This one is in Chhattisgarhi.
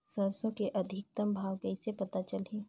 सरसो के अधिकतम भाव कइसे पता चलही?